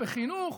בחינוך.